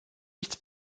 nichts